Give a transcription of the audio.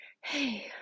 Hey